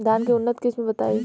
धान के उन्नत किस्म बताई?